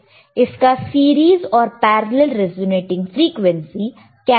इसका सीरीज और parallel resonating frequencies calculate करना है